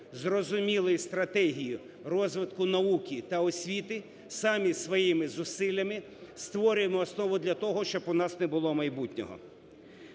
зрозумілої стратегії розвитку науки та освіти, самі своїми зусиллями створюємо основу для того, щоб у нас не було майбутнього.